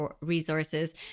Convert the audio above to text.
resources